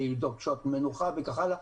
לבדוק שעות מנוחה וכך הלאה.